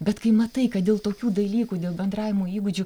bet kai matai kad dėl tokių dalykų dėl bendravimo įgūdžių